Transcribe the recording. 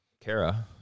Kara